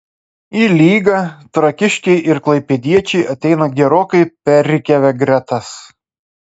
į lygą trakiškiai ir klaipėdiečiai ateina gerokai perrikiavę gretas